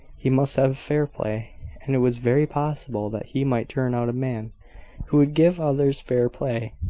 he must have fair play and it was very possible that he might turn out a man who would give others fair play.